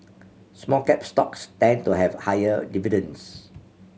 small cap stocks tend to have higher dividends